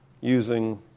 using